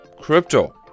Crypto